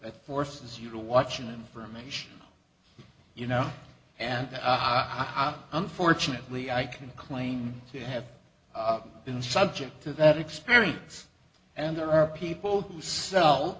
that forces you to watch an information you know and unfortunately i can claim to have been subject to that experience and there are people who sell